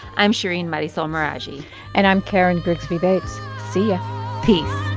i'm shereen marisol meraji and i'm karen grigsby bates. see ya peace